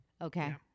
Okay